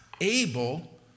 able